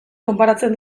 konparatzen